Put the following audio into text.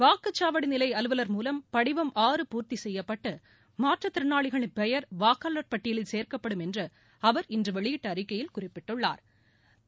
வாக்குச்சாவடி நிலை அலுவலர் மூலம் படிவம் ஆறு பூர்த்தி செய்யப்பட்டு மாற்றுத்திறனாளிகளின் பெயர் வாக்காளர் பட்டியலில் சேர்க்கப்படும் என்று அவர் இன்று வெளியிட்ட அறிக்கையில் குறிப்பிட்டுள்ளா்